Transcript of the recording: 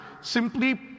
simply